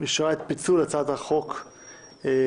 אישרה את פיצול הצעת החוק כאמור,